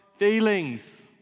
feelings